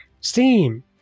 Steam